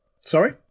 Sorry